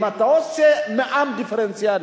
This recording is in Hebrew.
אם אתה עושה מע"מ דיפרנציאלי,